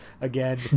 again